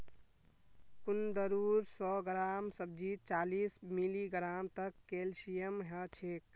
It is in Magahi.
कुंदरूर सौ ग्राम सब्जीत चालीस मिलीग्राम तक कैल्शियम ह छेक